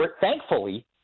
Thankfully